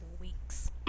weeks